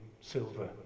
Silver